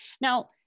Now